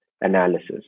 analysis